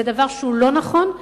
זה דבר שהוא לא נכון,